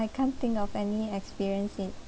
I can't think of any experience in